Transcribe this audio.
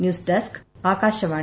news desk Akashvani